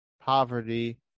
poverty